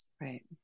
Right